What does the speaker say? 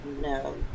no